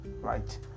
right